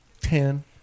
Ten